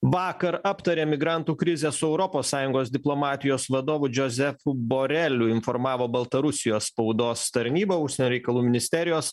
vakar aptarė migrantų krizę su europos sąjungos diplomatijos vadovu džiozefu boreliu informavo baltarusijos spaudos tarnyba užsienio reikalų ministerijos